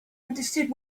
understood